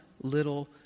little